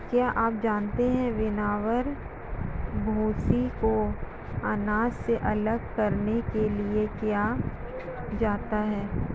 क्या आप जानते है विनोवर, भूंसी को अनाज से अलग करने के लिए किया जाता है?